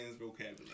vocabulary